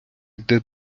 йде